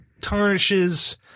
tarnishes